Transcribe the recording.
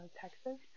Texas